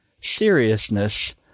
seriousness